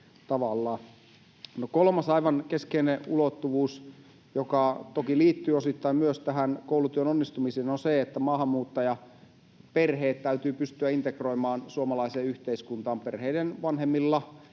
kolmas, aivan keskeinen, ulottuvuus, joka myös toki liittyy osittain tähän koulutyön onnistumiseen, on se, että maahanmuuttajaperheet täytyy pystyä integroimaan suomalaiseen yhteiskuntaan. Perheiden vanhemmilla